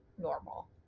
normal